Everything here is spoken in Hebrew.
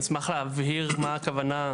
אני אשמח להבהיר מה הכוונה.